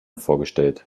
vorgestellt